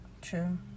true